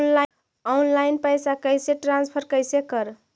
Online पैसा कैसे transfer कैसे कर?